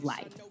Life